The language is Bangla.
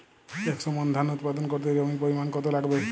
একশো মন ধান উৎপাদন করতে জমির পরিমাণ কত লাগবে?